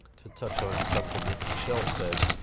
to touch on something that michelle said,